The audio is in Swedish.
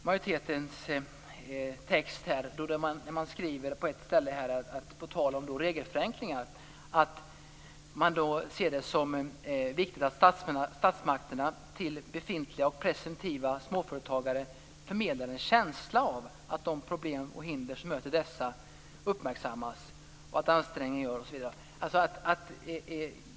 Majoriteten säger, på tal om regelförenklingar, på ett ställe i betänkandet: "Det är viktigt att statsmakterna till befintliga och presumtiva småföretagare förmedlar 'en känsla' av att de problem och hinder som dessa möter uppmärksammas och att ansträngningar görs -."